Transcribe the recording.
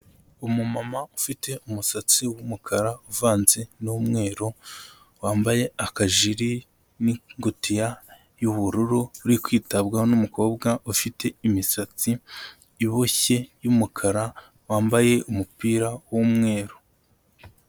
Umumama ufite umusatsi w'umukara uvanze n'umweru wambaye akajiri n'ingutiya y'ubururu, uri kwitabwaho n'umukobwa ufite imisatsi iboshye y'umukara, wambaye umupira w'umweru.